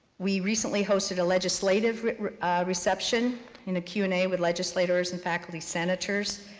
we recently hosted a legislative reception in a q and a with legislators and faculty senators.